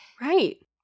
Right